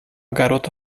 garota